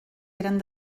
eren